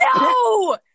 No